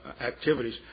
activities